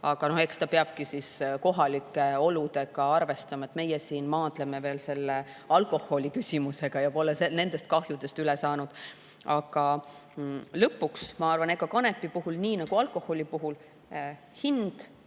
aga eks siis peabki kohalike oludega arvestama. Meie siin maadleme veel alkoholiküsimusega ja pole nendest kahjudest üle saanud. Aga lõpuks, ma arvan, on kanepi puhul nii nagu alkoholi puhul: hind,